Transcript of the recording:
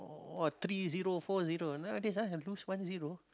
all three zero four zero nowadays ah can lose one zero